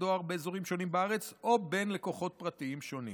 דואר באזורים שונים בארץ או בין לקוחות פרטיים שונים.